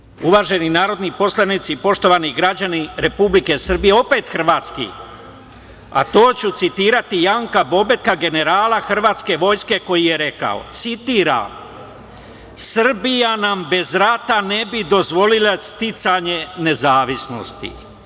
Drugi citat, uvaženi narodni poslanici, poštovani građani Republike Srbije, opet hrvatski, a to ću citirati Janka Bobetka, generala hrvatske vojske, koji je rekao, citiram: „Srbija nam bez rata ne bi dozvolila sticanje nezavisnosti.